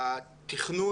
התכנון